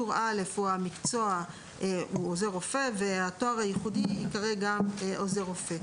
10.עוזר רופא עוזר רופא".